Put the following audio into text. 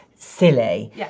silly